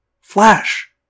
Flash